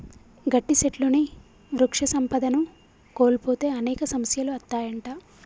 గట్టి సెట్లుని వృక్ష సంపదను కోల్పోతే అనేక సమస్యలు అత్తాయంట